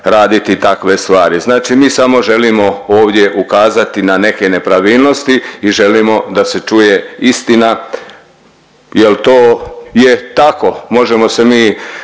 raditi takve stvari. Znači mi samo želimo ovdje ukazati na neke nepravilnosti i želimo da se čuje istina jer to je tako. Možemo se mi,